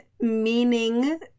meaning